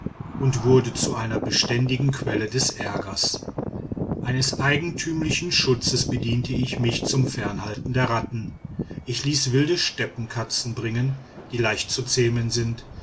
und wurde zu einer beständigen quelle des ärgers eines eigentümlichen schutzes bediente ich mich zum fernhalten der ratten ich ließ wilde steppenkatzen bringen die leicht zu zähmen sind